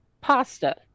pasta